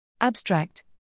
Abstract